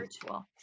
virtual